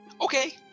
Okay